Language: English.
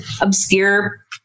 obscure